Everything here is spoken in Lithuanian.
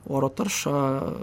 oro tarša